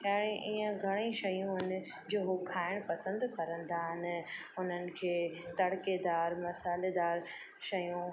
ऐं इअं घणेई शयूं आहिनि जो हू खाइण पसंदि कंदा आहिनि हुननि खे तड़केदार मसालेदार शयूं